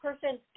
person